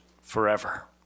forever